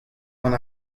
gant